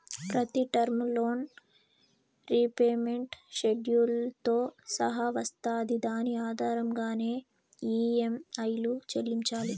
ప్రతి term loan repayment షెడ్యూల్తో సహా వస్తాది దాని ఆధారంగానే ఈ.యం.ఐలు చెల్లించాలి